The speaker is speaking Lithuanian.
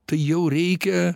tai jau reikia